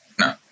No